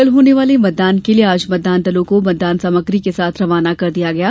कल होने वाले मतदान के लिए आज मतदान दलों को मतदान सामग्री के साथ रवाना कर दिया गया है